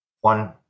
one